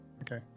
Okay